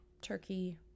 turkey